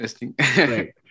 Interesting